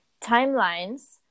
timelines